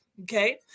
Okay